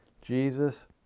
Jesus